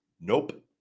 Nope